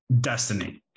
destiny